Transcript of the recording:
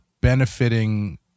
benefiting